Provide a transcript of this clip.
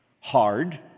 Hard